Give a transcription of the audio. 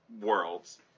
worlds